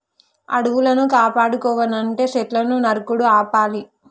అడవులను కాపాడుకోవనంటే సెట్లును నరుకుడు ఆపాలి